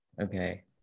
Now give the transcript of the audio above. Okay